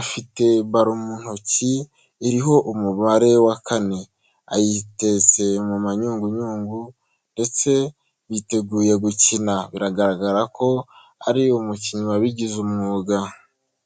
afite baro mu ntoki iriho umubare wa kane, ayiteretse mu mayunguyungu ndetse biteguye gukina biragaragara ko ari umukinnyi wabigize umwuga.